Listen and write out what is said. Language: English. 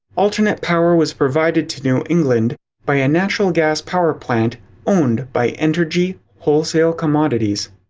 alternate power was provided to new england by a natural gas power plant owned by entergy wholesale commodities.